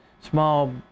small